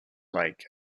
lake